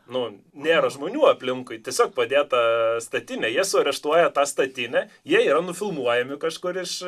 nu nėra žmonių aplinkui tiesiog padėta statinė jas areštuoja tą statinę jie yra nufilmuojami kažkur iš